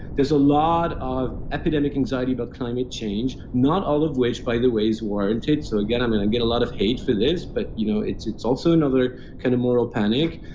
there's a lot of epidemic anxiety about climate change, not all of which, by the way, is warranted so again, i'm going to and get a lot of hate for this, but you know it's it's also another kind of moral panic.